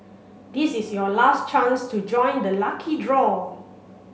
this is your last chance to join the lucky draw